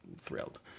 thrilled